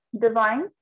Divine